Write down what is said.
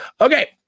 Okay